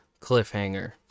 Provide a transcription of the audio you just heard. Cliffhanger